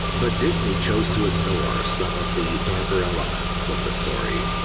but disney chose to ignore some of the darker elements of the story,